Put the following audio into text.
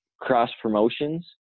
cross-promotions